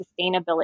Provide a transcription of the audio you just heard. sustainability